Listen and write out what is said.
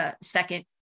second